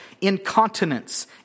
incontinence